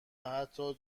حتی